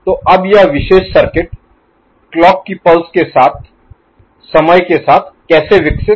तो अब यह विशेष सर्किट क्लॉक की पल्स के साथ समय के साथ कैसे विकसित होता है